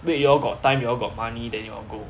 wait you all got time you all got money then you all go